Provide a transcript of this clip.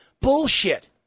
Bullshit